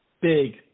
big